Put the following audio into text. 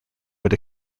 but